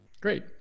Great